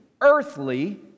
earthly